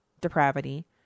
depravity